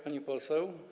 Pani Poseł!